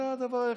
זה הדבר היחיד.